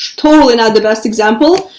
totally not the best example,